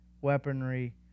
weaponry